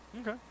Okay